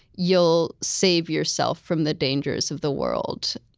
you'll save yourself from the dangers of the world.